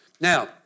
Now